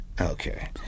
Okay